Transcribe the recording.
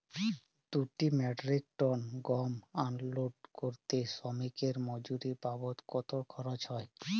দুই metric ton গম unload করতে শ্রমিক এর মজুরি বাবদ কত খরচ হয়?